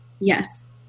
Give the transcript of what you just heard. Yes